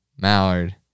Mallard